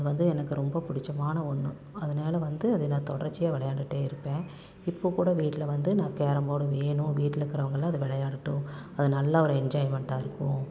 அது வந்து எனக்கு ரொம்ப பிடிச்சமான ஒன்று அதனால் வந்து அதை நான் தொடர்ச்சியாக விளையாண்டுகிட்டே இருக்கேன் இப்போது கூட வீட்டில் வந்து நான் கேரம் போர்டு வேணும் வீட்டில் இருக்கிறவங்களாம் அதை விளையாடட்டும் அது நல்லா ஒரு என்ஜாய்மென்ட்டாக இருக்கும்